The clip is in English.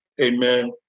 Amen